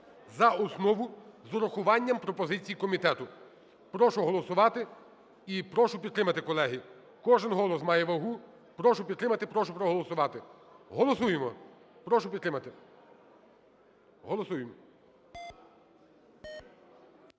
за основу з врахуванням пропозицій комітету. Прошу голосувати і прошу підтримати, колеги. Кожен голос має вагу. Прошу підтримати. Прошу проголосувати. Голосуємо! Прошу підтримати. Голосуємо.